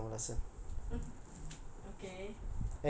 அதுனால:athunala you want to become kamala hassan